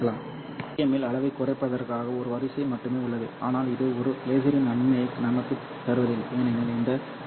எனவே Dmம்மில் அளவைக் குறைப்பதற்கான ஒரு வரிசை மட்டுமே உள்ளது ஆனால் இது ஒரு லேசரின் நன்மையை நமக்குத் தருவதில்லை ஏனெனில் இந்த 0